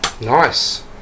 Nice